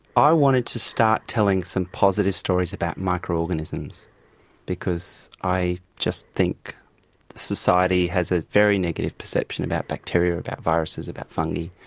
i wanted to start telling some positive stories about microorganisms because i just think society has a very negative perception about bacteria, about viruses, about fungi,